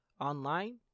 online